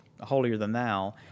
holier-than-thou